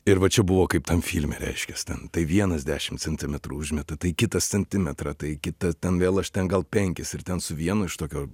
ir va čia buvo kaip tam filme reiškias ten tai vienas dešim centimetrų užmeta tai kitas centimetrą tai kita ten vėl aš ten gal penkis ir ten su vienu iš tokio